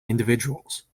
individuals